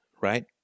right